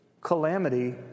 Calamity